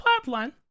pipeline